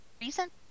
recent